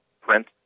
print